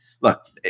look